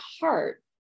heart